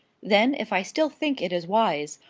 then if i still think it is wise,